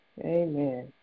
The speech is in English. amen